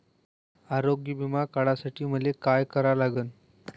आरोग्य बिमा काढासाठी मले काय करा लागन?